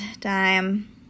time